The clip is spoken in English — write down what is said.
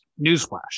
Newsflash